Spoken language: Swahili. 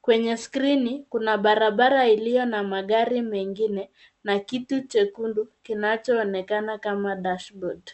Kwenye skrini kuna barabara iliyo na magari mengine na kitu chekundu kinachoonekana kama dashboard .